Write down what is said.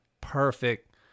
perfect